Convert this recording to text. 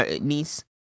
niece